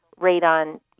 radon